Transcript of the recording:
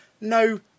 no